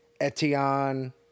Etienne